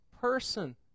person